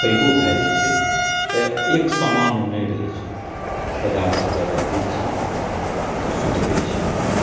पैघो भए जाइ छै तऽ एक समान नहि रहै छै बाज़ारसॅं दबाइ दै छीयै तऽ सुधरै छै